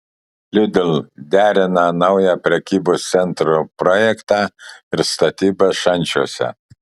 lidl derina naują prekybos centro projektą ir statybas šančiuose